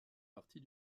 partie